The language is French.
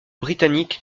britannique